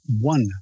one